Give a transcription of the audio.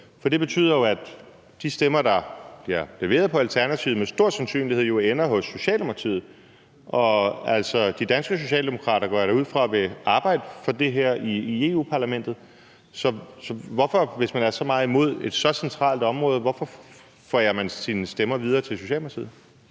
for det betyder jo, at de stemmer, der bliver leveret til Alternativet, med stor sandsynlighed ender hos Socialdemokratiet, og de danske socialdemokrater går jeg da ud fra vil arbejde for det her i Europa-Parlamentet. Så hvis man er så meget imod et så centralt område, hvorfor forærer man så sine stemmer videre til Socialdemokratiet?